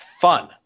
fun